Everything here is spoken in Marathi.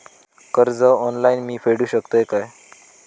कर्ज ऑनलाइन मी फेडूक शकतय काय?